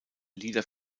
lieder